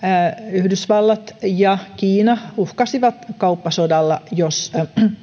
yhdysvallat ja kiina uhkasivat kauppasodalla jos